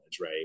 right